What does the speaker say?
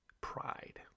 Pride